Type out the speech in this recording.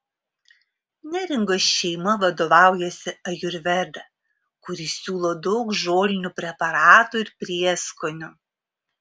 neringos šeima vadovaujasi ajurveda kuri siūlo daug žolinių preparatų ir prieskonių